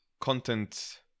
content